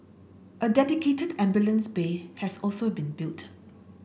a dedicated ambulance bay has also been built